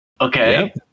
Okay